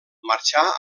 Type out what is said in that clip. marxà